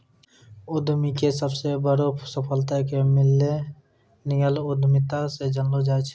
उद्यमीके सबसे बड़ो सफलता के मिल्लेनियल उद्यमिता से जानलो जाय छै